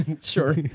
sure